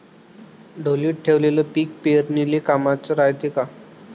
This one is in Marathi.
ढोलीत ठेवलेलं पीक पेरनीले कामाचं रायते का?